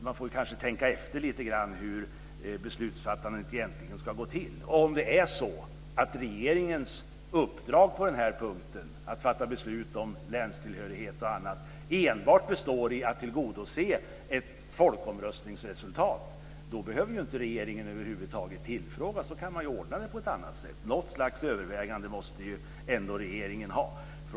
Man får kanske tänka efter lite grann hur beslutsfattandet egentligen ska gå till och om det är så att regeringens uppdrag att fatta beslut om länstillhörighet och annat enbart består i att tillgodose ett folkomröstningsresultat. Då behöver ju regeringen över huvud taget inte tillfrågas, utan då kan man ordna det på ett annat sätt. Något slags övervägande måste ändå regeringen göra.